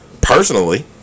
Personally